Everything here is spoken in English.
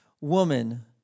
Woman